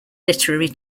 literary